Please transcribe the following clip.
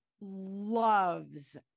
loves